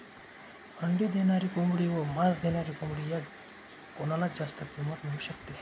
अंडी देणारी कोंबडी व मांस देणारी कोंबडी यात कोणाला जास्त किंमत मिळू शकते?